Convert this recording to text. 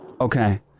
Okay